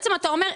בעצם אתה אומר,